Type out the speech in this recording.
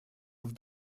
with